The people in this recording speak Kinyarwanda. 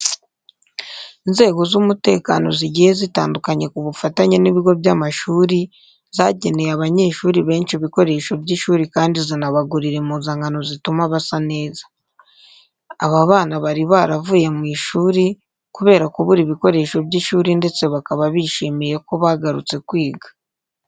Inzego z'umutekano zigiye zitandukanye ku bufatanye n'ibigo by'amashuri zageneye abanyeshuri benshi ibikoresho by'ishuri kandi zinabagurira impuzankano zituma basa neza. Aba bana bari baravuye mu ishuri kubera kubura ibikoresho by'ishuri ndetse bakaba bishimiye ko bagarutse kwiga.